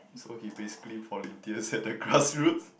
so he basically volunteers at the Grassroots